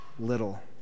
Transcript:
little